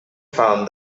found